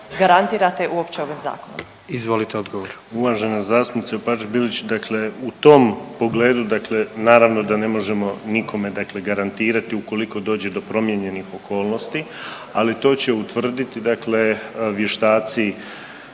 Izvolite odgovor. **Piletić, Marin (HDZ)** Uvažena zastupnice Opačak Bilić, dakle u tom pogledu dakle naravno da ne možemo nikome dakle garantirati ukoliko dođe do promijenjenih okolnosti, ali to će utvrditi dakle vještaci